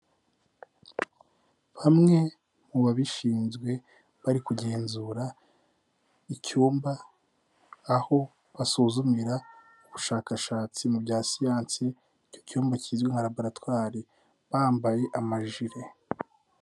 Bamwe mu babishinzwe, bari kugenzura icyumba, aho basuzumira ubushakashatsi mu bya siyansi, icyo cyumba kizwi nka laboratwari. Bambaye amajire.